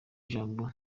ijambo